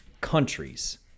countries